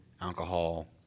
alcohol